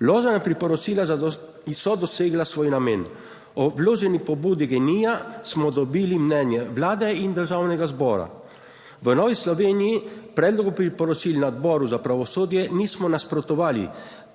Vložena priporočila so dosegla svoj namen. O vloženi pobudi GEN-I smo dobili mnenje Vlade in Državnega zbora. V Novi Sloveniji predlogu priporočil na Odboru za pravosodje nismo nasprotovali,